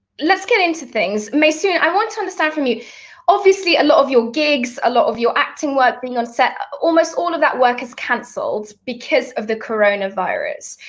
let's get into things. maysoon, i want to understand from you obviously a lot of your gigs, a lot of your acting work, being on set, almost all of that work is canceled because of the coronavirus.